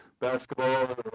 basketball